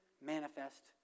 manifest